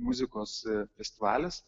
muzikos festivalis